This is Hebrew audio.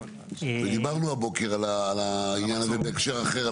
ודיברנו הבוקר על העניין הזה בהקשר אחר,